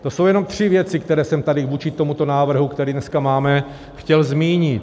To jsou jenom tři věci, které jsem tady vůči tomuto návrhu, který dneska máme, chtěl zmínit.